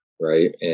right